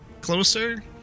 closer